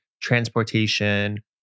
Transportation